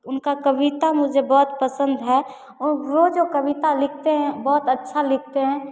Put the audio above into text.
उनकी कविता मुझे बहुत पसन्द है वह जो कविता लिखते हैं बहुत अच्छी लिखते हैं